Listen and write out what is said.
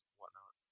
whatnot